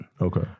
okay